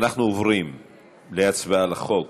אנחנו עוברים להצבעה על הצעת חוק